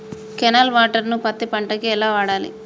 Canal water ను పత్తి పంట కి ఎలా వాడాలి?